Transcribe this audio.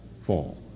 fall